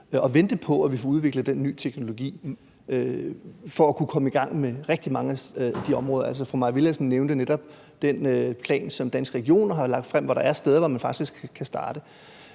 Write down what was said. at vente på, at vi får udviklet den nye teknologi for at kunne komme i gang på rigtig mange af de områder. Altså, fru Mai Villadsen nævnte netop den plan, som Danske Regioner har lagt frem, hvor der er steder, man faktisk kan starte.